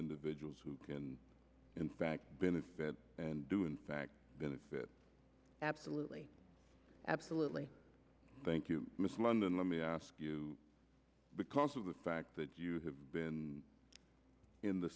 individuals who can in fact benefit and do in fact benefit absolutely absolutely thank you miss london let me ask you because of the fact that you have been in the